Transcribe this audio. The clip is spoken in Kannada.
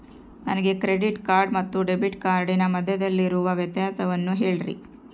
ನನಗೆ ಕ್ರೆಡಿಟ್ ಕಾರ್ಡ್ ಮತ್ತು ಡೆಬಿಟ್ ಕಾರ್ಡಿನ ಮಧ್ಯದಲ್ಲಿರುವ ವ್ಯತ್ಯಾಸವನ್ನು ಹೇಳ್ರಿ?